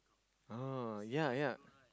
oh ya ya